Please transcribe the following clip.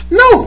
no